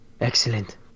Excellent